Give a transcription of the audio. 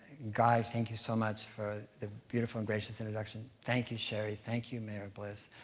guy, thank you so much for the beautiful and gracious introduction. thank you, cheri. thank you, mayor bliss.